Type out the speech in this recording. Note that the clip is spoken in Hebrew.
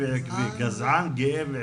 גזען גאה ועקבי.